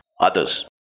others